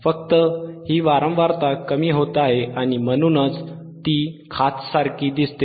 फक्त ही वारंवारता कमी होत आहे आणि म्हणूनच ती खाचसारखी दिसते